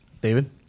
David